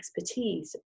expertise